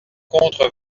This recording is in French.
rencontre